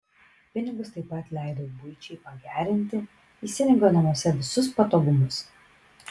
pinigus taip pat leidau buičiai pagerinti įsirengiau namuose visus patogumus